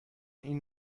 این